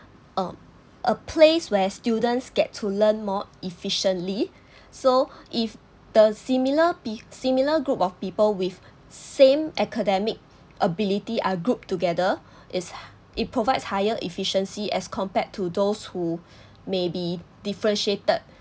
or a place where students get to learn more efficiently so if the similar be similar group of people with same academic ability are grouped together is it provides higher efficiency as compared to those who may be differentiated